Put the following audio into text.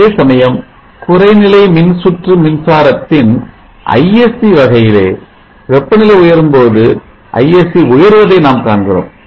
அதேசமயம் குறைநிலை மின்சுற்று மின்சாரத்தின் Isc வகையிலே வெப்பநிலை உயரும் போது Isc உயர்வதை நாம் காண்கிறோம்